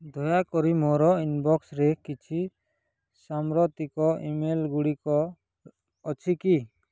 ଦୟାକରି ମୋର ଇନ୍ବକ୍ସରେ କିଛି ସାମ୍ପ୍ରତିକ ଇମେଲ୍ଗୁଡ଼ିକ ଅଛି କି